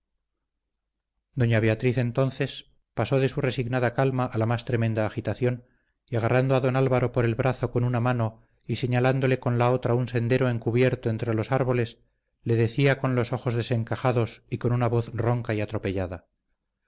doña beatriz entonces pasó de su resignada calma a la más tremenda agitación y agarrando a don álvaro por el brazo con una mano y señalándole con la otra un sendero encubierto entre los árboles le decía con los ojos desencajados y con una voz ronca y atropellada